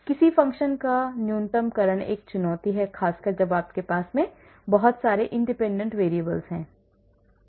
किसी फ़ंक्शन का न्यूनतमकरण एक चुनौती है खासकर जब आपके पास बहुत सारे independent variables हैं